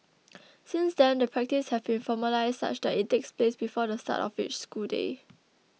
since then the practice has been formalised such that it takes place before the start of each school day